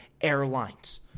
Airlines